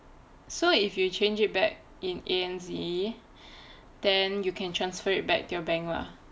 so if you change it back in A_N_Z then you can transfer it back to your bank lah